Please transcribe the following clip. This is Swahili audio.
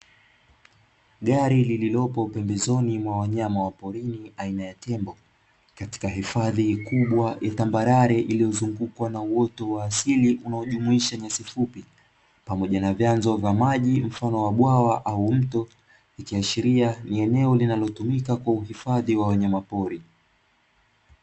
Gari lililopo pembezoni ya wanyama wa porini aina ya tembo katika hifadhi kubwa ya tambarare iliyozungukwa na uoto wa asili, unaojumuisha nyasi fupi pamoja na vyanzo vya maji mfano wa bwawa au mto ikiashiria ni eneo linalotumika kwa ajili ya uhifadhi wa wanyamapori.